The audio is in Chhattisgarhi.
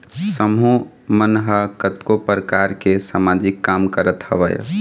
समूह मन ह कतको परकार के समाजिक काम करत हवय